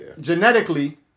genetically